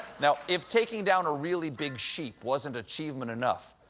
now, if taking down a really big sheep wasn't achievement enough,